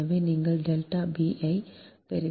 எனவே நீங்கள் delta b ஐப் பெறுவீர்கள் 514